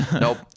Nope